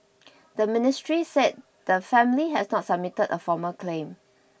the ministry said the family has not submitted a formal claim